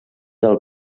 del